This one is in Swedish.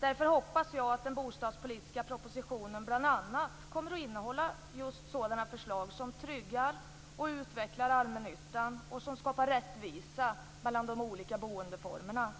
Därför hoppas jag att den bostadspolitiska propositionen bl.a. kommer att innehålla just sådana förslag som tryggar och utvecklar allmännyttan och skapar rättvisa mellan de olika boendeformerna.